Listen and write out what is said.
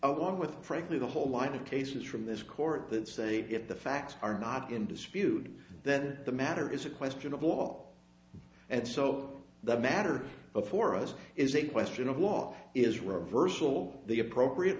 along with frankly the whole line of cases from this court that say if the facts are not in dispute then the matter is a question of law and so the matter before us is a question of law is reversal the appropriate